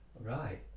Right